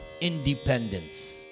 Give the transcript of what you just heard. independence